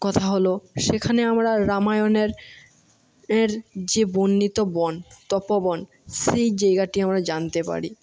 কথা হলো সেখানে আমরা রামায়ণের এর যে বর্ণিত বন তপোবন সেই জায়গাটি আমরা জানতে পারি